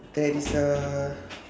there is a